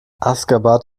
aşgabat